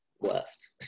left